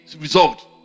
resolved